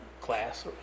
class